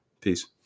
Peace